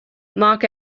mark